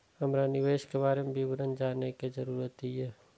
हमरा निवेश के बारे में विवरण जानय के जरुरत ये?